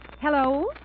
Hello